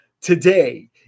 Today